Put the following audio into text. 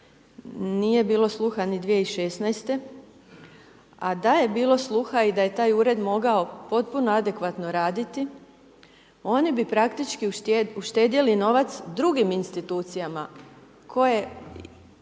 nije bilo sluha ni 2016. a da je bilo sluha i da je taj ured mogao potpuno adekvatno raditi oni bi praktički uštedjeli novac drugim institucijama koje